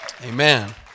Amen